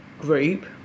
group